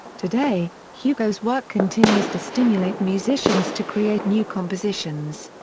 today, hugo's work continues to stimulate musicians to create new compositions.